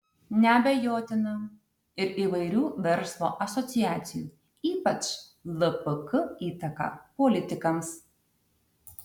neabejotina ir įvairių verslo asociacijų ypač lpk įtaka politikams